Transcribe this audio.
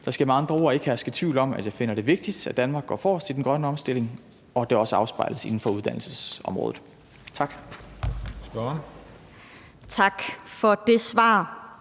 Der skal med andre ord ikke herske tvivl om, at jeg finder det vigtigt, at Danmark går forrest i den grønne omstilling, og at det også afspejles inden for uddannelsesområdet. Tak.